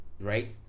right